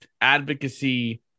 advocacy